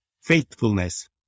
Faithfulness